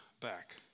back